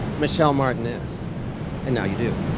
michelle martin is and now you do